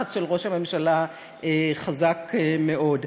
הלחץ של ראש הממשלה חזק מאוד.